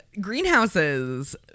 Greenhouses